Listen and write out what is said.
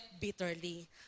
bitterly